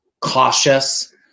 cautious